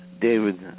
David